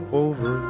over